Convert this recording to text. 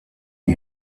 you